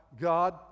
God